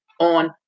on